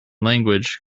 language